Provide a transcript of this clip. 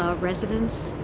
ah residence.